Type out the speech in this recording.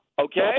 Okay